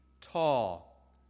tall